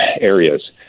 areas